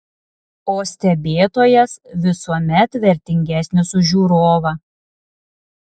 o stebėtojas visuomet vertingesnis už žiūrovą